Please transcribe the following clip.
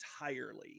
entirely